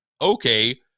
Okay